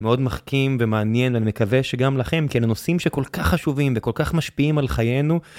מאוד מחכים ומעניין, ואני מקווה שגם לכם, כי אלה נושאים שכל כך חשובים וכל כך משפיעים על חיינו.